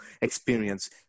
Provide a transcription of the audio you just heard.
experience